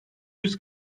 yüz